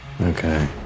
Okay